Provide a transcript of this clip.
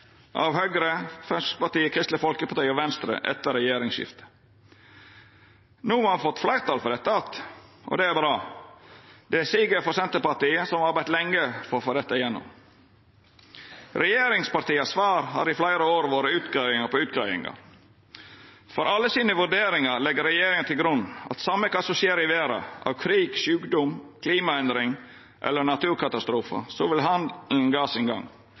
av Høgre, Framstegspartiet, Kristeleg Folkeparti og Venstre etter regjeringsskiftet. No har me fått fleirtal for dette att, og det er bra. Det er ein siger for Senterpartiet, som har arbeidd lenge for å få dette igjennom. Regjeringspartias svar har i fleire år vore utgreiingar på utgreiingar. For alle sine vurderingar legg regjeringa til grunn at same kva som skjer i verda av krig, sjukdom, klimaendringar eller naturkatastrofar, så vil